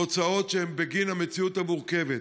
והוצאות בגין המציאות המורכבת,